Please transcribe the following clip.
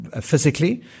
physically